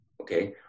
Okay